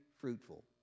fruitful